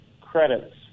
credits